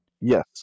Yes